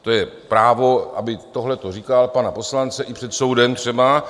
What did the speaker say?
To je právo, aby tohle říkal, pana poslance, i před soudem třeba.